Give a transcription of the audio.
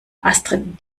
astrid